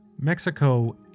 Mexico